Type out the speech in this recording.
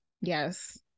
yes